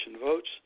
votes